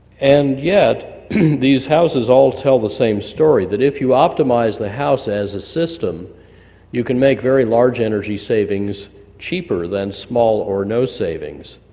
and yet these houses all tell the same story that if you optimize the house as a system you can make very large energy savings cheaper than small or no savings.